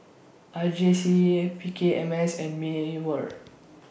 R J C P K M S and Mewr